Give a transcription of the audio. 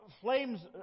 flames